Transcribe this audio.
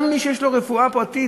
גם מי שיש לו ביטוח רפואי פרטי,